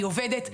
היא עובדת,